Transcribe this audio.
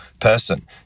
person